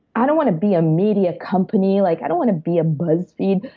i don't wanna be a media company. like i don't wanna be a buzzfeed,